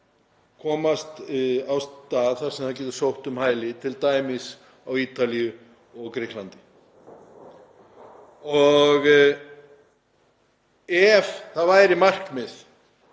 komast á stað þar sem það getur sótt um hæli, t.d. til Ítalíu eða Grikklands. Ef það væri markmið